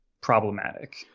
problematic